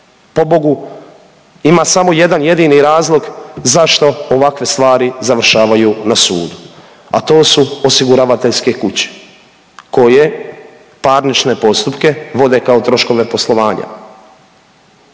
Pobogu, ima samo jedan jedini razlog zašto ovakve stvari završavaju na sudu, a to su osiguravateljske kuće koje parnične postupke vode kao troškove poslovanja.